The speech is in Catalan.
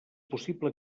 possible